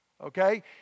okay